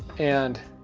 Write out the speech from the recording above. and